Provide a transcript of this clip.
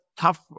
tough